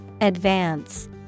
Advance